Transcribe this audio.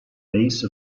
base